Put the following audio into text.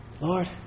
Lord